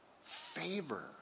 favor